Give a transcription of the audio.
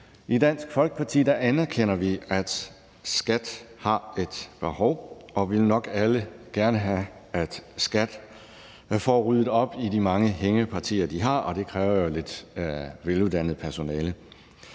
I Dansk Folkeparti anerkender vi, at vores skattevæsen har et behov for medarbejdere, og vi vil nok alle gerne have, at skattevæsenet får ryddet op i de mange hængepartier, de har. Det kræver jo et veluddannet personale.